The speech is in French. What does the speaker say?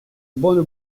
bonne